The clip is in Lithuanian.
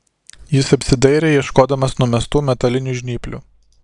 jis apsidairė ieškodamas numestų metalinių žnyplių